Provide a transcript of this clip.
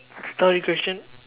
story question